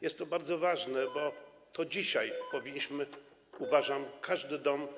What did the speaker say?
Jest to bardzo ważne, bo dzisiaj powinniśmy, uważam, każdy dom,